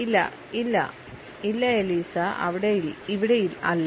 ഇല്ല ഇല്ല ഇല്ല എലിസ ഇവിടെ അല്ല